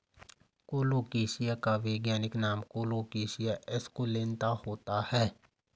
colocasia का वैज्ञानिक नाम कोलोकेशिया एस्कुलेंता होता है